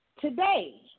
Today